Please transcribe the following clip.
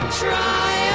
try